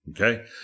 Okay